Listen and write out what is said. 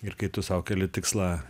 ir kai tu sau keli tikslą